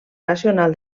nacional